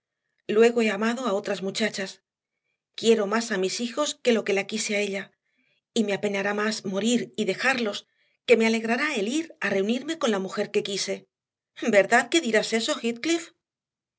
he amado a otras muchachas quiero más a mis hijos que lo que la quise a ella y me apenará más morir y dejarlos que me alegrará el ir a reunirme con la mujer que quise verdad que dirás eso